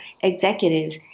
executives